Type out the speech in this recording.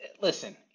listen